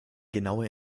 genaue